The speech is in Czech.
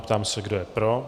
Ptám se, kdo je pro.